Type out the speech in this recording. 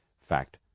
fact